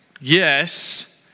yes